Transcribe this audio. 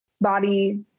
body